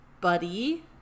buddy